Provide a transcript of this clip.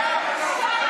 לך.